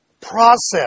process